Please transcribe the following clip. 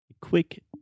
Quick